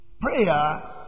Prayer